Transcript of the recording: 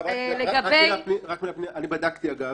אני בדקתי, אגב.